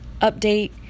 update